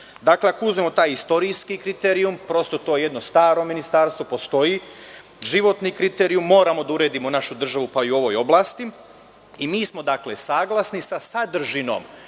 odbrane. Ako uzmemo taj istorijski kriterijum, prosto, to je jedno staro ministarstvo, postoji životni kriterijum, moramo da uredimo našu državu pa i u ovoj oblasti i mi smo saglasni sa sadržinom